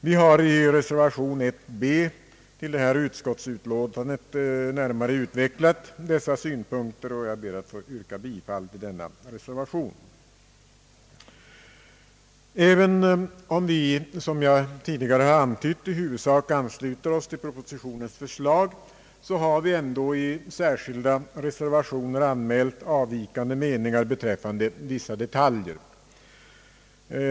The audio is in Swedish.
Vi har i reservation 1 b till detta utskottsutlåtande närmare utvecklat dessa synpunkter, och jag ber att få yrka bifall till denna reservation. Även om vi, som jag tidigare har antytt, i huvudsak ansluter oss till propositionens förslag, har vi ändå i särskilda reservationer anmält avvikande meningar beträffande vissa detaljer.